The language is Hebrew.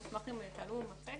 אשמח אם תעלו את המצגת.